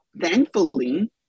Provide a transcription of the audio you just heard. thankfully